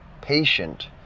patient